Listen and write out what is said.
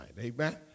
Amen